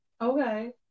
Okay